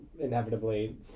Inevitably